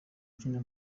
ukina